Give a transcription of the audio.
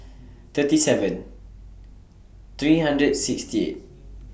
thirty seven three hundred sixty eight